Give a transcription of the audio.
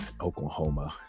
Oklahoma